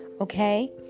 Okay